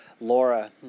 Laura